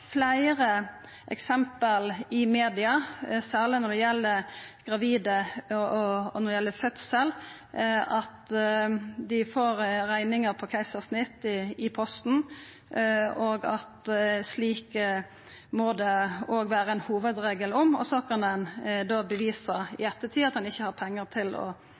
fleire eksempel i media – særleg når det gjeld gravide, og når det gjeld fødsel – på at dei får rekninga for keisarsnitt i posten. Dette må det òg vera ein hovudregel om, og så kan ein bevisa i ettertid at ein ikkje har pengar til å